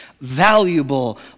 valuable